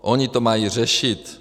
Ony to mají řešit.